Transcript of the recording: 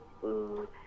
food